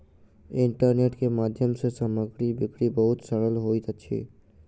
internet के माध्यम सँ सामग्री बिक्री बहुत सरल होइत अछि